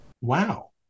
wow